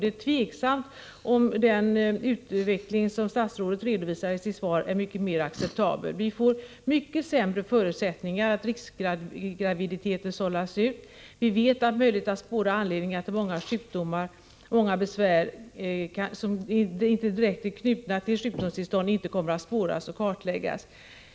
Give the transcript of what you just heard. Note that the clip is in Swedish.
Det är tveksamt om den utveckling statsrådet redovisar i sitt svar är så mycket mer acceptabel. Förutsättningarna att sålla ut riskgraviditeter blir mycket sämre. Vi vet att anledningen till många besvär som kanske inte är direkt knutna till sjukdomstillstånd inte kommer att kunna spåras och kartläggas.